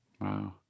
Wow